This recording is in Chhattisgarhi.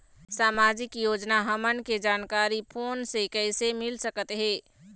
सामाजिक योजना हमन के जानकारी फोन से कइसे मिल सकत हे?